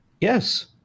yes